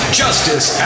justice